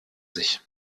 sich